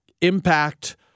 impact